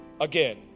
again